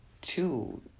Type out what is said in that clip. two